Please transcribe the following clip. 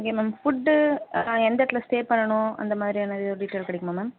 okay ma'am food எந்த இடத்துல stay பண்ணணும் அந்த மாதிரியான இது டீட்டைல் கிடைக்குமா மேம்